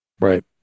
Right